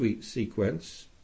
sequence